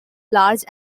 large